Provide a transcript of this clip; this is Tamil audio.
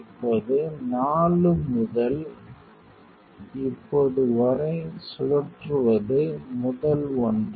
இப்போது 4 முதல் இப்போது வரை சுழற்றுவது முதல் ஒன்று